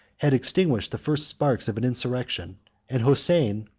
had extinguished the first sparks of an insurrection and hosein,